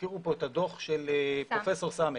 הזכירו פה את הדו"ח של פרופ' סמט,